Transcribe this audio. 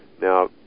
Now